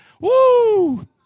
woo